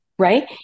right